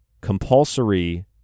compulsory